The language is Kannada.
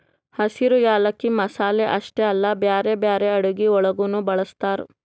ಹಸಿರು ಯಾಲಕ್ಕಿ ಮಸಾಲೆ ಅಷ್ಟೆ ಅಲ್ಲಾ ಬ್ಯಾರೆ ಬ್ಯಾರೆ ಅಡುಗಿ ಒಳಗನು ಬಳ್ಸತಾರ್